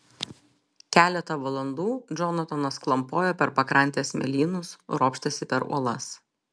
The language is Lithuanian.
keletą valandų džonatanas klampojo per pakrantės smėlynus ropštėsi per uolas